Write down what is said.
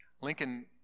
Lincoln